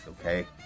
okay